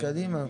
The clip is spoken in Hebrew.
קדימה.